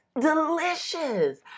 Delicious